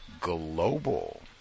global